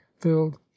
filled